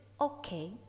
okay